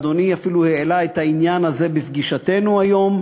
ואדוני אפילו העלה את העניין הזה בפגישתנו היום: